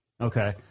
Okay